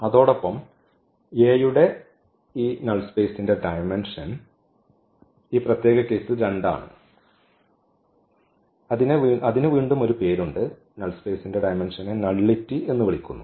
അതോടൊപ്പം A യുടെ ഈ നൾ സ്പേസ്ന്റെ ഡയമെന്ഷൻ ഈ പ്രത്യേക കേസിൽ 2 ആണ് അതിന് വീണ്ടും ഒരു പേരുണ്ട് അതിനെ നള്ളിറ്റി എന്ന് വിളിക്കുന്നു